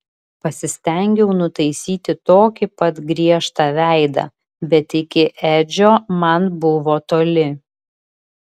pasistengiau nutaisyti tokį pat griežtą veidą bet iki edžio man buvo toli